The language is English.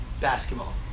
basketball